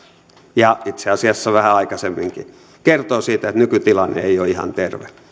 ja itse asiassa vähän aikaisemminkin kertoo siitä että nykytilanne ei ole ihan terve